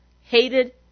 hated